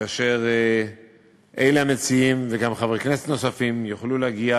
כאשר אלה המציעים וגם חברי כנסת נוספים יוכלו להגיע,